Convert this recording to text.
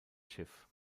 schiff